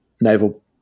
Naval